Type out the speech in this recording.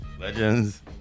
Legends